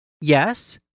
Yes